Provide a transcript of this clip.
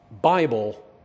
Bible